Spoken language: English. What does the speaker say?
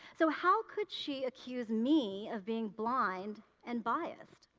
so how could she accuse me of being blind and biased?